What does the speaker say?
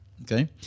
okay